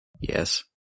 Yes